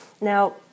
Now